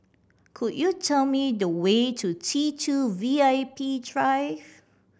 could you tell me the way to T Two V I P Drive